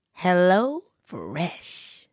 HelloFresh